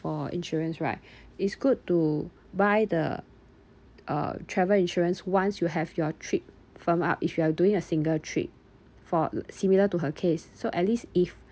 for insurance right it's good to buy the uh travel insurance once you have your trip firm up if you are doing a single trip for similar to her case so at least if